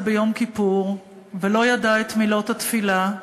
ביום-כיפור ולא ידע את מילות התפילה.